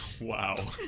Wow